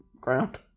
ground